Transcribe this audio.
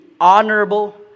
honorable